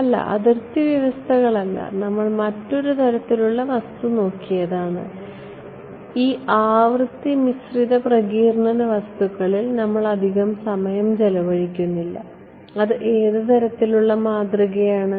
അല്ല അതിർത്തി വ്യവസ്ഥകളല്ല നമ്മൾ മറ്റൊരു തരത്തിലുള്ള വസ്തു നോക്കിയതാണ് ഈ ആവൃത്തി ആശ്രിത പ്രകീർണന വസ്തുക്കളിൽ നമ്മൾ അധികം സമയം ചെലവഴിക്കുന്നില്ല അത് ഏത് തരത്തിലുള്ള മാതൃകയാണ്